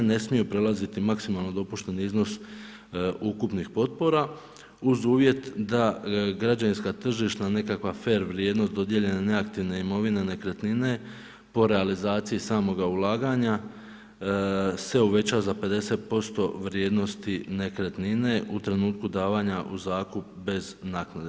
Ne smiju prelaziti maksimalno dopušteni iznos ukupnih potpora uz uvjet da građevinska, tržišna, nekakva fer vrijednost dodijeljene neaktivne imovine nekretnine po realizaciji samoga ulaganja se uveća za 50% vrijednosti nekretnine u trenutku davanja u zakup bez naknade.